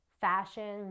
fashion